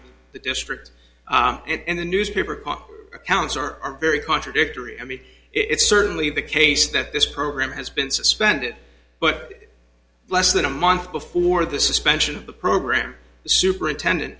of the district and the newspaper accounts are very contradictory i mean it's certainly the case that this program has been suspended but less than a month before the suspension of the program the superintendent